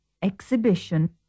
Exhibition